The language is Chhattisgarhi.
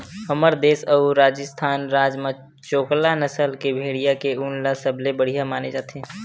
हमर देस अउ राजिस्थान राज म चोकला नसल के भेड़िया के ऊन ल सबले बड़िया माने जाथे